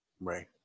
Right